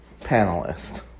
panelist